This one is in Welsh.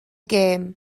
gem